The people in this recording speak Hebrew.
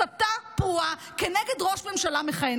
הסתה פרועה כנגד ראש ממשלה מכהן.